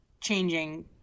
changing